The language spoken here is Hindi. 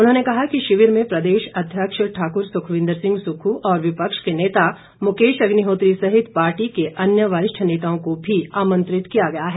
उन्होंने कहा कि शिविर में प्रदेश अध्यक्ष ठाकुर सुखविन्द्र सिंह सुक्खू और विपक्ष के नेता मुकेश अग्निहोत्री सहित पार्टी के अन्य वरिष्ठ नेताओं को भी आमंत्रित किया गया है